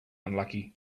unlucky